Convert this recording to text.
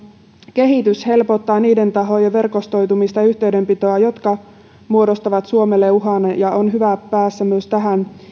kehitys helpottaa niiden tahojen verkostoitumista ja yhteydenpitoa jotka muodostavat suomelle uhan ja on myös hyvä päästä tähän